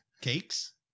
Cakes